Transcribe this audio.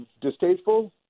distasteful